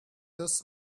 this